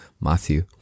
Matthew